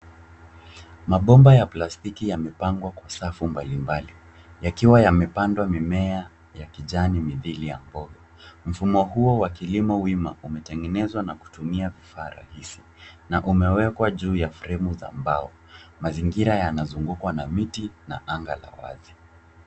Mabomba ya plastiki yamepangwa kwa safu mbalimbali, yakiwa yamepandwa mimea ya kijani mithili ya mboga. Mfumo huo wa kilimo wima umetengenezwa na kutumia vifaa rahisi na umewekwa juu ya fremu za mbao. Mazingira yanazungukwa na miti na anga la wazi.